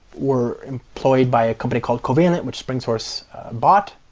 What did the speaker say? were employed by a company called covalent, which springsource bought.